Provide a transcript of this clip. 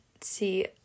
see